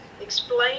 Explain